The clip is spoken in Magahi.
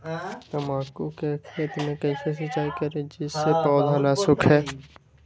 तम्बाकू के खेत मे कैसे सिंचाई करें जिस से पौधा नहीं सूखे?